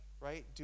right